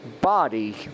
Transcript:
body